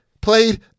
played